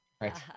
right